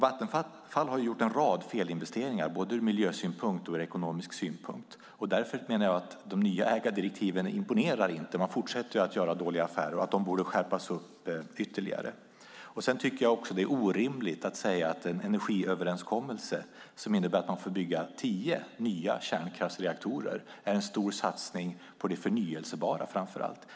Vattenfall har gjort en rad felinvesteringar ur både miljösynpunkt och ekonomisk synpunkt. Därför menar jag att de nya ägardirektiven inte imponerar. Vattenfall fortsätter att göra dåliga affärer. Direktiven borde skärpas ytterligare. Det är orimligt att säga att en energiöverenskommelse som innebär att man får bygga tio nya kärnkraftsreaktorer är en stor satsning på det förnybara.